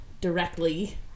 directly